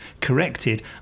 corrected